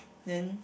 then